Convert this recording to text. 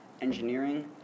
engineering